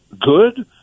good